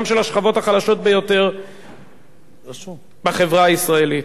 של השכבות החלשות ביותר בחברה הישראלית.